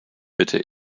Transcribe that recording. bitte